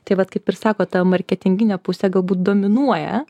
tai vat kaip ir sakot ta marketinginė pusė galbūt dominuoja